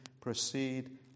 proceed